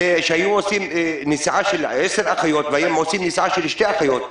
שהיו עושים נסיעה של עשר אחיות והיום עושים נסיעה של שתי אחיות,